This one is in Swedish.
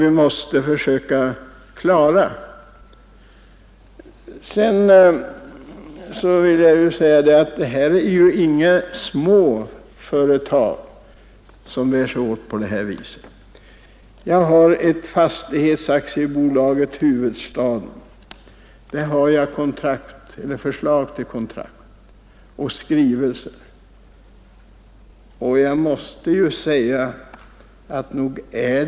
Vi måste ändå försöka lösa problemet. Det är inte några små företag som bär sig åt på detta vis. Jag har här ett förslag till kontrakt samt skrivelser från Fastighets AB Hufvudstaden.